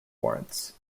warrants